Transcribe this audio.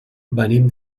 venim